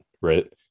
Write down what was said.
Right